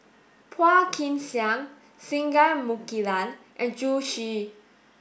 Phua Kin Siang Singai Mukilan and Zhu Xu